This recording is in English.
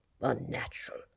Unnatural